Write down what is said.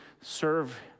serve